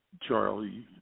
Charlie